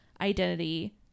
identity